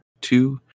two